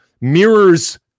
mirrors